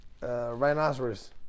rhinoceros